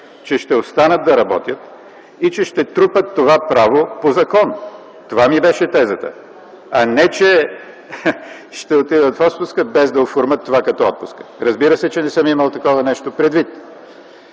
че ще останат да работят и че ще трупат това право по закон. Това ми беше тезата, а не че ще отидат в отпуск, без да оформят това като отпуск. Разбира се, че не съм имал такова нещо предвид.